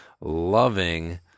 Loving